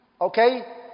okay